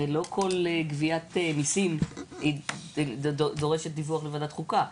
הרי לא כל גביית מיסים דורשת דיווח לוועדת חוקה?